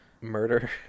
murder